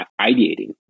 ideating